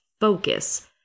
focus